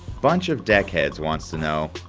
bunch of deckheads wants to know,